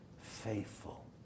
faithful